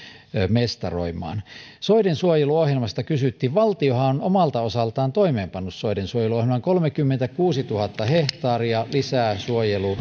mestaroimaan soidensuojeluohjelmasta kysyttiin valtiohan on omalta osaltaan toimeenpannut soidensuojelua noin kolmekymmentäkuusituhatta hehtaaria lisää suojelusoita metso puustoisia